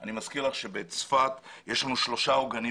אני מזכיר לך שבצפת יש לנו שלושה עוגנים